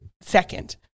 second